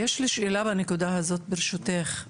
יש לי שאלה לנקודה הזאת ברשותך,